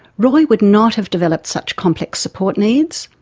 roy would not have developed such complex support needs,